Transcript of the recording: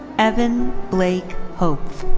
evan blake hopf.